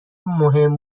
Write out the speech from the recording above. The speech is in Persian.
مهم